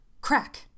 Crack